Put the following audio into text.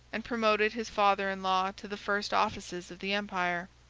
and promoted his father-in-law to the first offices of the empire.